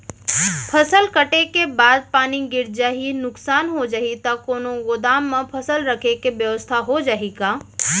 फसल कटे के बाद पानी गिर जाही, नुकसान हो जाही त कोनो गोदाम म फसल रखे के बेवस्था हो जाही का?